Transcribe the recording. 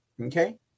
okay